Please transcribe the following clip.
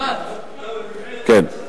כן.